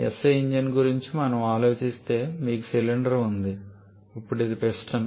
SI engine గురించి మనము ఆలోచిస్తే మీకు సిలిండర్ ఉంది ఇప్పుడు ఇది పిస్టన్